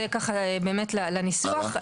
זה לניסוח.